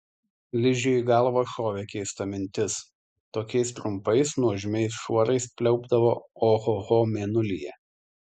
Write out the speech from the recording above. ližei į galvą šovė keista mintis tokiais trumpais nuožmiais šuorais pliaupdavo ohoho mėnulyje